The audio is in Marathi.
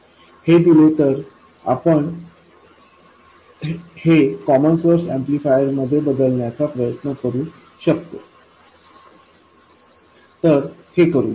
हे दिले तर आपण हे कॉमन सोर्स एम्पलीफायर मध्ये बदलण्याच्या प्रयत्न करू शकतो तर हे करूया